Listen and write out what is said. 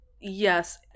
yes